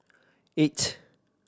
eight